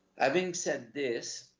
having said this,